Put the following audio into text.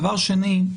דבר שני,